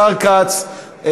השר כץ,